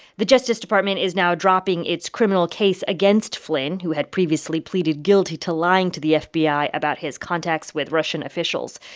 the justice department is now dropping its criminal case against flynn, who had previously pleaded guilty to lying to the fbi about his contacts with russian officials.